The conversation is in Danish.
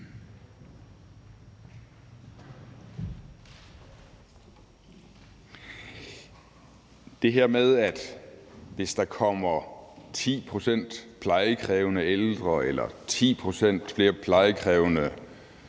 Det her med, at hvis der kommer 10 pct. flere plejekrævende ældre eller 10 pct. flere pasningskrævende